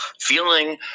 feeling